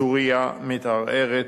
סוריה מתערערת,